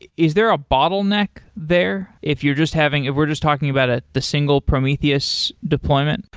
is there a bottleneck there if you're just having if we're just talking about ah the single prometheus deployment?